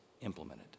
implemented